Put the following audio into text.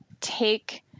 take